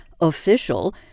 official